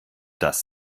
das